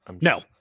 No